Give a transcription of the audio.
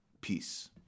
Peace